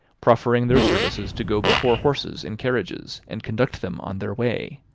proffering their services to go before horses in carriages, and conduct them on their way.